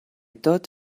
thought